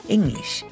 English